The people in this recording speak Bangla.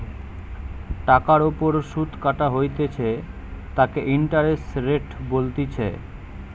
টাকার ওপর সুধ কাটা হইতেছে তাকে ইন্টারেস্ট রেট বলতিছে